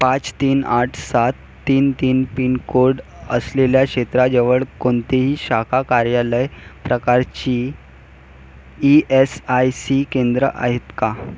पाच तीन आठ सात तीन तीन पिनकोड असलेल्या क्षेत्राजवळ कोणतेही शाखा कार्यालय प्रकारची ई एस आय सी केंद्रं आहेत का